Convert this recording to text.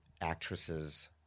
actresses